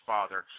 Father